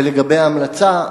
ולגבי ההמלצה,